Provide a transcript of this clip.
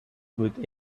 with